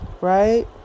right